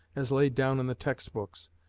as laid down in the text-books,